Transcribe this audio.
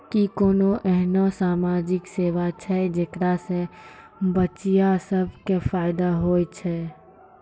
कि कोनो एहनो समाजिक योजना छै जेकरा से बचिया सभ के फायदा होय छै?